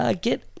Get